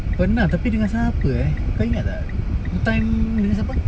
pernah tapi dengan siapa eh kau ingat tak hutan dengan siapa